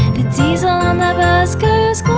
the diesel on the bus goes